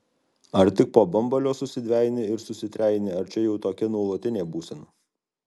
ar tik po bambalio susidvejini ir susitrejini ar čia jau tokia nuolatinė būsena